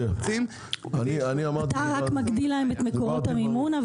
אתה רק מגדיל להם את מקורות המימון,